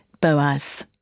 Boaz